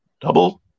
double